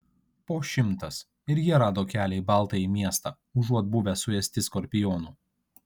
po šimtas ir jie rado kelią į baltąjį miestą užuot buvę suėsti skorpionų